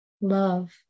Love